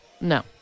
No